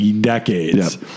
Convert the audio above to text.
decades